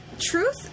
truth